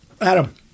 Adam